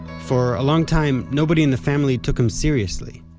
for a long time, nobody in the family took him seriously.